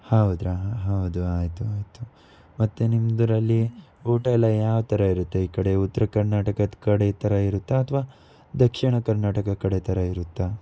ಹೌದಾ ಹೌದು ಆಯಿತು ಆಯಿತು ಮತ್ತು ನಿಮ್ಮದ್ರಲ್ಲಿ ಊಟ ಎಲ್ಲ ಯಾವ ಥರ ಇರುತ್ತೆ ಈ ಕಡೆ ಉತ್ತರ ಕರ್ನಾಟಕದ ಕಡೆ ಥರ ಇರುತ್ತಾ ಅಥವಾ ದಕ್ಷಿಣ ಕರ್ನಾಟಕ ಕಡೆ ಥರ ಇರುತ್ತಾ